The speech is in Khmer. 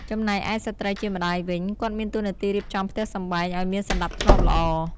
ចំណែកឯស្ត្រីជាម្តាយវិញ គាត់មានតួនាទីរៀបចំផ្ទះសម្បែងឲ្យមានសណ្តាប់ធ្នាប់ល្អ។